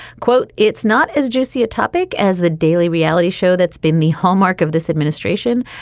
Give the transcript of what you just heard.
quote, it's not as juicy a topic as the daily reality show that's been the hallmark of this administration.